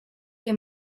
que